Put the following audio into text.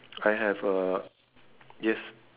I have a yes